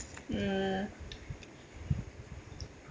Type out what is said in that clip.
mm